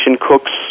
Cook's